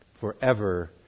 forever